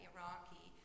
Iraqi